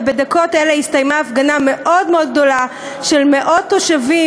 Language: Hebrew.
ובדקות אלה הסתיימה הפגנה מאוד מאוד גדולה של מאות תושבים,